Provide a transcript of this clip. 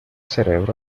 cerebro